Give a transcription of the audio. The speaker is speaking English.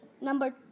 Number